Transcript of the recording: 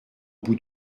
bout